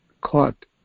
caught